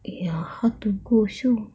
uh how to go also